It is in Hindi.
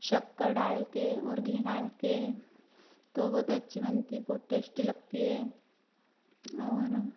शक्कर डाल कर और घी डाल कर तो बहुत अच्छी बनती है बहुत टेस्टी लगती है और